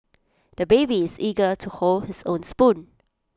the baby is eager to hold his own spoon